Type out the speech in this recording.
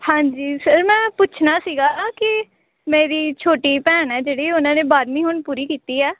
ਹਾਂਜੀ ਸਰ ਮੈਂ ਪੁੱਛਣਾ ਸੀਗਾ ਕਿ ਮੇਰੀ ਛੋਟੀ ਭੈਣ ਹੈ ਜਿਹੜੀ ਉਨ੍ਹਾਂ ਨੇ ਬਾਰਵੀਂ ਹੁਣ ਪੂਰੀ ਕੀਤੀ ਹੈ